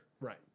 Right